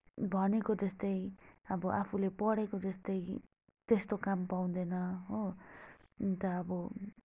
भनेको जस्तै अब आफूले पढेको जस्तै त्यस्तो काम पाउँदैन हो अन्त अब